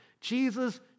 Jesus